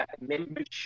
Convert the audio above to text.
membership